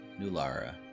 Nulara